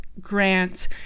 grant